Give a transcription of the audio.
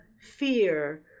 fear